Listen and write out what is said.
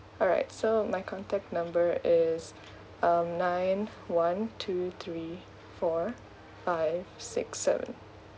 alright so my contact number is um nine one two three four five six seven